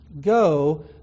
Go